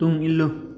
ꯇꯨꯡ ꯏꯜꯂꯨ